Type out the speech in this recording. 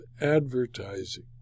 advertising